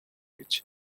гэж